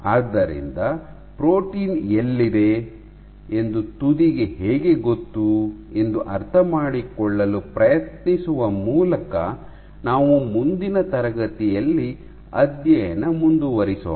ಆದ್ದರಿಂದ ಪ್ರೋಟೀನ್ ಎಲ್ಲಿದೆ ಎಂದು ತುದಿಗೆ ಹೇಗೆ ಗೊತ್ತು ಎಂದು ಅರ್ಥಮಾಡಿಕೊಳ್ಳಲು ಪ್ರಯತ್ನಿಸುವ ಮೂಲಕ ನಾವು ಮುಂದಿನ ತರಗತಿಯಲ್ಲಿ ಅಧ್ಯಯನ ಮುಂದುವರಿಸೋಣ